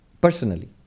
personally